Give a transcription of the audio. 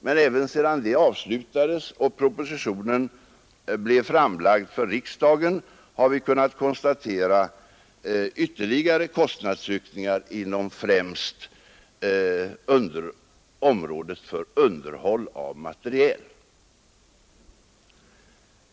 Men även sedan det arbetet var avslutat och propositionen hade lagts fram för riksdagen har vi noterat ytterligare kostnadsökningar, främst inom området för underhåll av materiel.